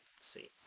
see